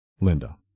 Linda